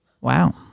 Wow